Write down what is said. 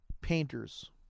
painters